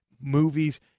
movies